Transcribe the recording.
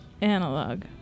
analog